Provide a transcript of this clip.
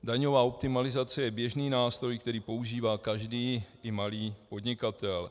Daňová optimalizace je běžný nástroj, který používá každý i malý podnikatel.